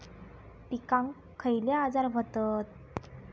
पिकांक खयले आजार व्हतत?